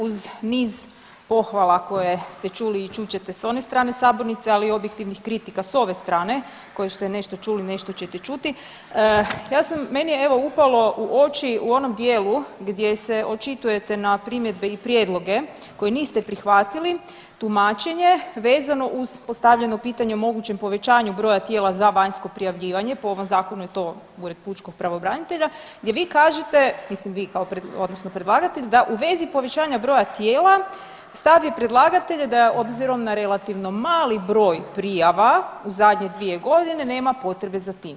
Uz niz pohvala koje ste čuli i čut ćete s one strane sabornice, ali objektivnih kritika s ove strane koje ste nešto čuli, nešto ćete čuti, ja sam meni je evo upalo u oči u onom dijelu gdje se očitujete na primjedbe i prijedloge koje niste prihvatili tumačenje vezano uz postavljeno pitanje o mogućem povećanju broja tijela za vanjsko prijavljivanje po ovom zakonu je to Ured pučkog pravobranitelja gdje vi kažete, mislim vi odnosno predlagatelj da u vezi povećanja broja tijela stav je predlagatelja da obzirom na relativno mali broj prijava u zadnje dvije godine nema potrebe za tim.